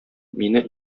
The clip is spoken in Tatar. мине